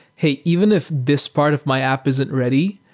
hey, even if this part of my app isn't ready,